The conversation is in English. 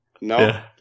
no